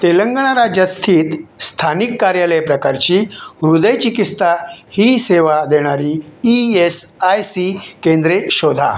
तेलंगणा राज्यात स्थित स्थानिक कार्यालय प्रकारची हृदयचिकित्सा ही सेवा देणारी ई एस आय सी केंद्रे शोधा